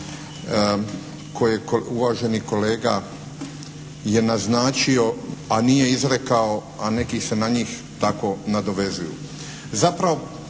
koje uvaženi kolega je naznačio a nije izrekao, a neki se na njih tako nadovezuju.